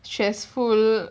stressful